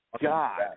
God